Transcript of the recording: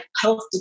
health